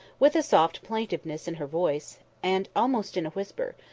with a soft plaintiveness in her voice, and almost in a whisper,